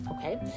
okay